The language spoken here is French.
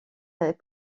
est